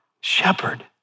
shepherd